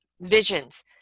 visions